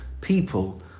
people